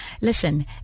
Listen